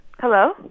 Hello